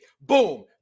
Boom